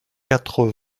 quatre